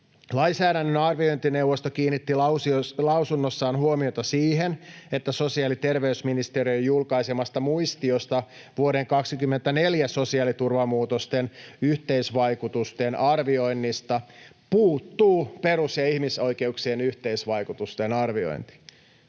Lainsäädännön arviointineuvosto kiinnitti lausunnossaan huomiota siihen, että sosiaali- ja terveysministeriön julkaisemasta muistiosta vuoden 24 sosiaaliturvamuutosten yhteisvaikutusten arvioinnista puuttuu perus- ja ihmisoikeuksien yhteisvaikutusten arviointi.